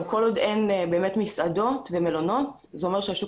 כל עוד אין מסעדות ומלונות זה אומר שהשוק